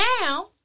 now